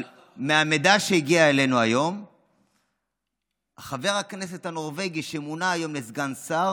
אבל מהמידע שהגיע אלינו היום חבר הכנסת הנורבגי שמונה היום לסגן שר